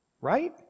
Right